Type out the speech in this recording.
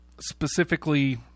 specifically